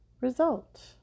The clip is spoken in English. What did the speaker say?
result